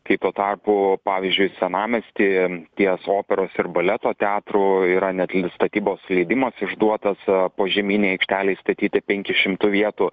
kai tuo tarpu pavyzdžiui senamiesty ties operos ir baleto teatru yra net ir statybos leidimas išduotas požeminei aikštelei statyti penkių šimtų vietų